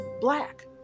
black